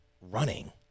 running